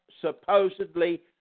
supposedly